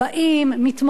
מתמודדים,